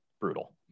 Brutal